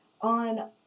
on